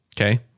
Okay